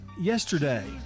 Yesterday